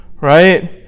Right